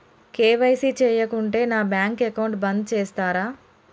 KYC చేయకుంటే నా bank account బంద్ చేస్తరా?